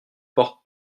porte